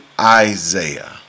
Isaiah